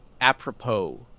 apropos